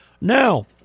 Now